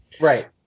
Right